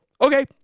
okay